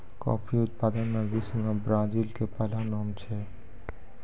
coffee उत्पादन मॅ विश्व मॅ ब्राजील के पहलो नाम छै